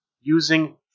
using